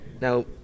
now